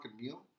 meal